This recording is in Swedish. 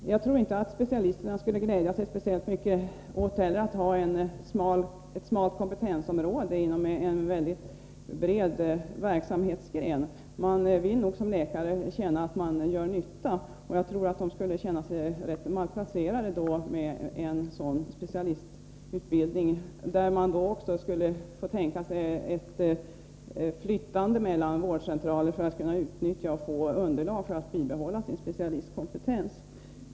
Jag tror vidare inte att specialisterna skulle glädja sig speciellt mycket åt att ha ett smalt kompetensområde inom en mycket bred verksamhetsgren. Man vill nog som läkare känna att man gör nytta. Jag tror att läkarna skulle känna sig ganska malplacerade med en sådan specialistutbildning, som även skulle innebära ett flyttande mellan vårdcentraler för läkarna för att de skulle kunna utnyttja och få underlag för att bibehålla sin specialistkompetens.